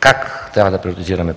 как трябва да прогнозираме